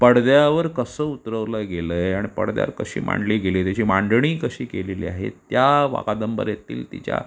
पडद्यावर कसं उतरवलं गेलं आहे आणि पडद्यावर कशी मांडली गेली त्याची मांडणी कशी केलेली आहे त्या कादंबरीतील तिच्या